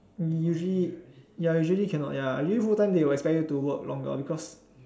usually ya usually cannot ya usually full time they will expect you to work longer cause